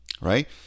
right